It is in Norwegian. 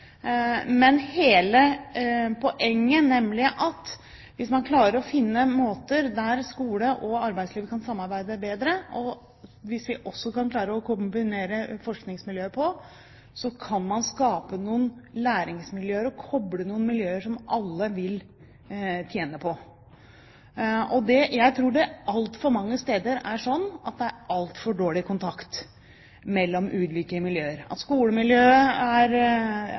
Men hele poenget er at hvis man klarer å finne måter der skole og arbeidsliv kan samarbeide bedre og finne måter å kombinere forskningsmiljøer på, kan man skape noen læringsmiljøer og koble noen miljøer som alle vil tjene på. Jeg tror det altfor mange steder er sånn at det er altfor dårlig kontakt mellom ulike miljøer – at skolemiljøet er